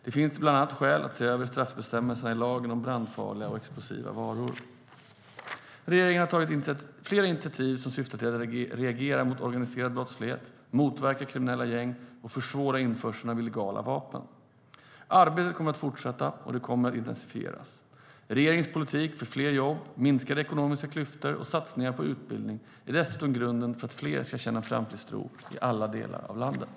Det finns bland annat skäl att se över straffbestämmelserna i lagen om brandfarliga och explosiva varor. Regeringen har tagit flera initiativ som syftar till att reagera mot organiserad brottslighet, motverka kriminella gäng och försvåra införseln av illegala vapen. Arbetet kommer att fortsätta, och det kommer att intensifieras. Regeringens politik för fler jobb, minskade ekonomiska klyftor och satsningar på utbildning är dessutom grunden för att fler ska känna en framtidstro i alla delar av landet.